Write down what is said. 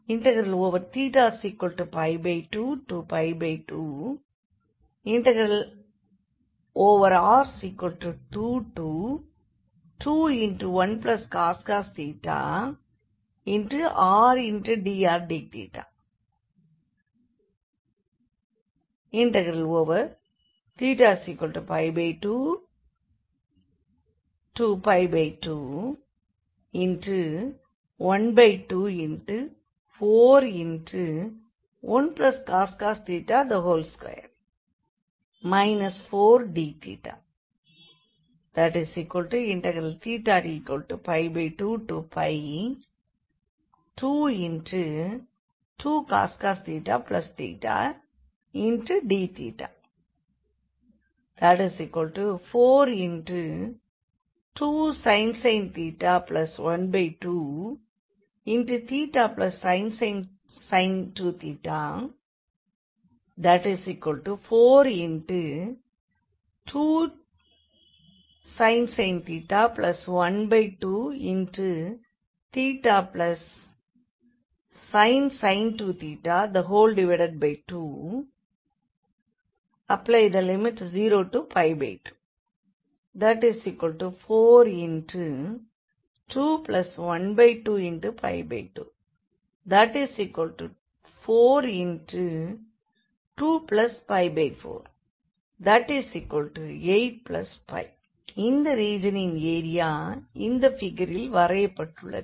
θ2π2r221cos rdrdθ θ2π21241cos 2 4 dθ θ2π222cos dθ 42sin 12θsin 2θ 20π2 421224248π இந்த ரீஜனின் area இந்த ஃபிகரில் வரையப்பட்டுள்ளது